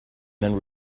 then